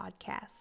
Podcast